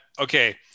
okay